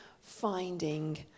finding